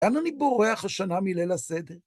לאן אני בורח השנה מליל הסדר?